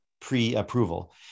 pre-approval